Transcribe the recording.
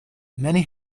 many